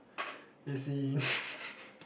as in